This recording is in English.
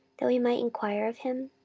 that we might enquire of him?